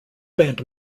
band